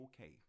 okay